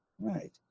right